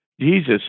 Jesus